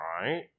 Right